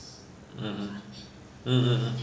mm mm mm mm mm